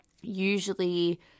Usually